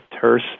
terse